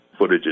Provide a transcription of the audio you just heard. footages